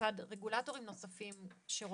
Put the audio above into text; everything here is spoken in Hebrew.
מצד רגולטורים נוספים.